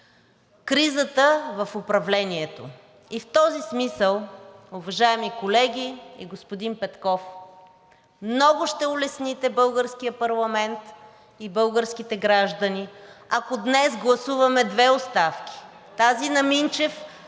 кризата в управлението. В този смисъл, уважаеми колеги и господин Петков, много ще улесните българския парламент и българските граждани, ако днес гласуваме две оставки – тази на Минчев,